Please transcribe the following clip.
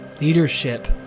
leadership